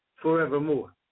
Forevermore